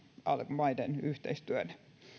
maiden yhteistyönä